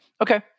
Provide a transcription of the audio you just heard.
Okay